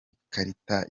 ikarita